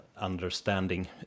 understanding